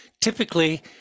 typically